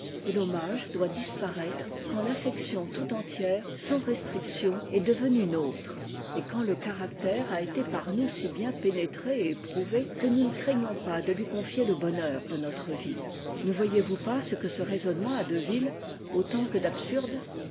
et l'hommage doit disparaître quandl'affection tout entière sans restriction est devenue nôtre et quand te caractère a été par nous si bien pénètre et éprouvé que nous ne craignons pas de lui confier le bonheur de notre vie ne voyez-vous pas ce que ce raisonnement a de vil autant que d'absurde